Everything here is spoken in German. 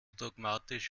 dogmatisch